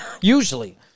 Usually